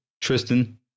Tristan